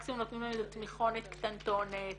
מקסימום נותנים איזה תמיכונת קטנטונת